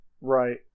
Right